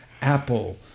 Apple